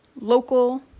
local